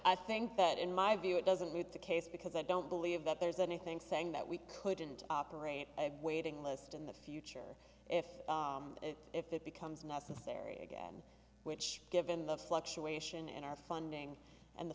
i think that in my view it doesn't meet the case because i don't believe that there's anything saying that we couldn't operate a waiting list in the future if if it becomes necessary again which given the fluctuation in our funding and the